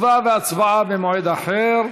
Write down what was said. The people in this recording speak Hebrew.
תשובה והצבעה במועד אחר.